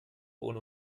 und